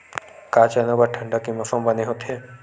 का चना बर ठंडा के मौसम बने होथे?